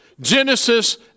Genesis